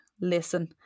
listen